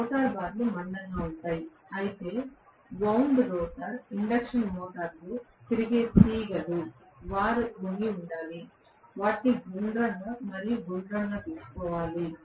rotor బార్లు మందంగా ఉంటాయి అయితే గాయం రోటర్ ఇండక్షన్ మోటారులో తిరిగే తీగలు వారు వంగి ఉండాలి వాటిని గుండ్రంగా మరియు గుండ్రంగా తీసుకోవాలి